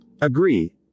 Agree